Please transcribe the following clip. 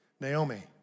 Naomi